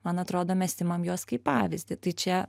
man atrodo mes imam juos kaip pavyzdį tai čia